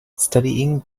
studying